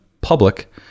public